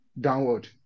downward